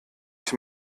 ich